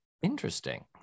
Interesting